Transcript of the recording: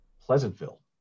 Pleasantville